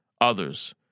others